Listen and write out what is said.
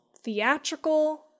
theatrical